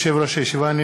התשע"ז 2017,